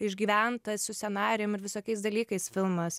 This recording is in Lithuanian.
išgyventa su scenarijum ir visokiais dalykais filmas